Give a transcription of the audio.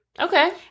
Okay